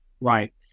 Right